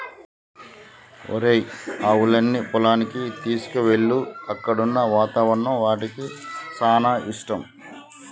ఒరేయ్ ఆవులన్నీ పొలానికి తీసుకువెళ్ళు అక్కడున్న వాతావరణం వాటికి సానా ఇష్టం